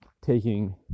taking